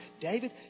David